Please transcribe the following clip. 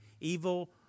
Evil